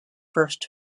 first